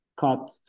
cut